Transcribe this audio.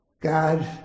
God